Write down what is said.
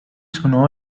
sono